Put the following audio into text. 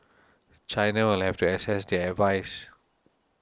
China will have to assess their advice